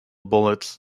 bullets